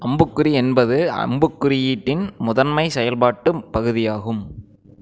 அம்புக்குறி என்பது அம்புக்குறியீட்டின் முதன்மை செயல்பாட்டு பகுதியாகும்